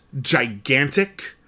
gigantic